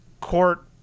court